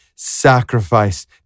sacrifice